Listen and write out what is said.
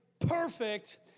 perfect